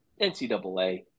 NCAA